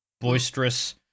boisterous